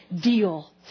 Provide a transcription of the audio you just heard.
Deal